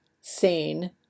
sane